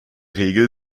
regel